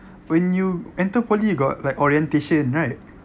when you enter poly you got like orientation right